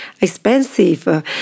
expensive